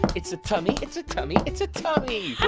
it's a tummy. it's a tummy. it's a tummy.